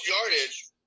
yardage